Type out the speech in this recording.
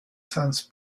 sans